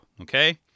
Okay